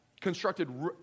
constructed